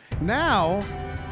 Now